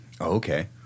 okay